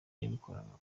yabikoraga